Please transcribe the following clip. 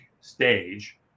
stage